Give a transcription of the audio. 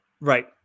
Right